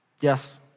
Yes